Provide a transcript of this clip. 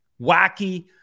wacky